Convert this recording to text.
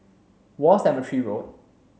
War Cemetery Road